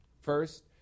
First